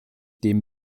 dem